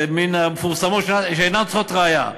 מן המפורסמות שאינן צריכות ראיה,